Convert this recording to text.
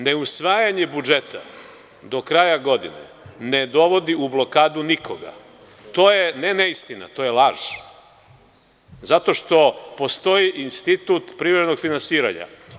Neusvajanje budžeta do kraja godine ne dovodi u blokadu nikoga, to je ne neistina - to je laž, zato što postoji institut privremenog finansiranja.